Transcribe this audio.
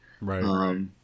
Right